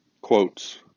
quotes